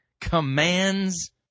commands